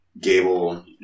Gable